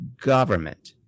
government